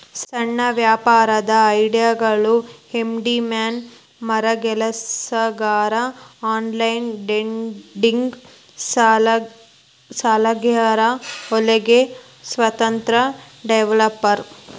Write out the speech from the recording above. ಸಣ್ಣ ವ್ಯಾಪಾರದ್ ಐಡಿಯಾಗಳು ಹ್ಯಾಂಡಿ ಮ್ಯಾನ್ ಮರಗೆಲಸಗಾರ ಆನ್ಲೈನ್ ಡೇಟಿಂಗ್ ಸಲಹೆಗಾರ ಹೊಲಿಗೆ ಸ್ವತಂತ್ರ ಡೆವೆಲಪರ್